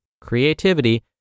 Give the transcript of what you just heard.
creativity